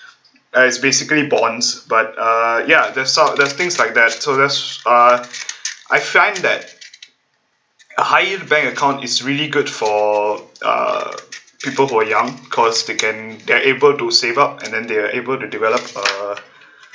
as basically bonds but uh ya they're sort there's things like that so that's uh I find that a high yield bank account is really good for uh people who are young cause they can they're able to save up and then they are able to develop uh